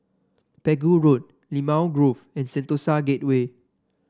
Pegu Road Limau Grove and Sentosa Gateway